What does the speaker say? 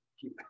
keep